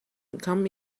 come